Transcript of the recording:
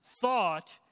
thought